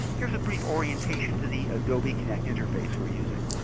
here's a brief orientation to the adobe connect interface we're using.